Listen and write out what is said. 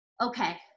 okay